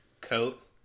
coat